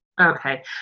Okay